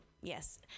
yes